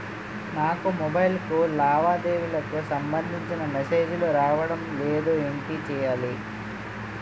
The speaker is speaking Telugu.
నాకు మొబైల్ కు లావాదేవీలకు సంబందించిన మేసేజిలు రావడం లేదు ఏంటి చేయాలి?